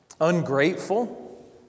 Ungrateful